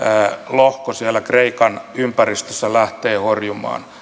lohko siellä kreikan ympäristössä lähtee horjumaan